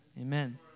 Amen